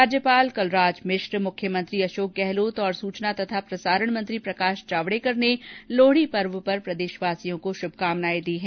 राज्यपाल कलराज मिश्र मुख्यमंत्री अशोक गहलोत और सूचना और प्रसारण मंत्री प्रकाश जावडेकर ने लोहड़ी पर्व पर प्रदेशवांसियों को शुभकामनाएं दी है